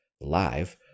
live